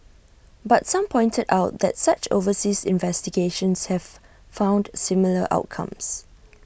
but some pointed out that such overseas investigations have found similar outcomes